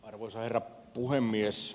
arvoisa herra puhemies